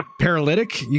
paralytic